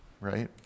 right